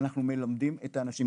אנחנו מלמדים את האנשים,